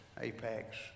Apex